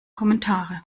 kommentare